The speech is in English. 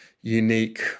unique